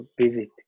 visit